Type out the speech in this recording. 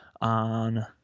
on